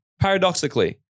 Paradoxically